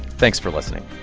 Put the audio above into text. thanks for listening